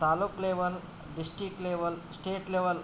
taluk level district level state level